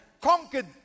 conquered